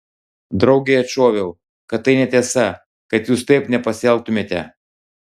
draugei atšoviau kad tai netiesa kad jūs taip nepasielgtumėte